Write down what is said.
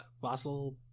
fossil